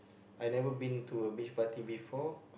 I never been to a beach party before